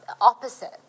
opposite